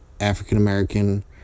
African-American